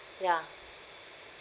ya